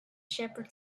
shepherd